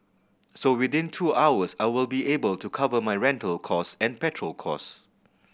so within two hours I will be able to cover my rental cost and petrol cost